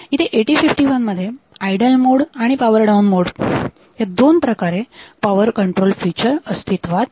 इथे 8051 मध्ये idle mode आणि पॉवर डाऊन मोड या दोन प्रकारे पॉवर कंट्रोल फिचर अस्तित्वात आहे